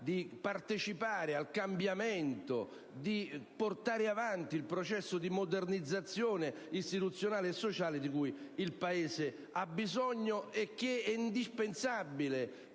di partecipare al cambiamento, di portare avanti il processo di modernizzazione istituzionale e sociale di cui il Paese ha bisogno. Questo è indispensabile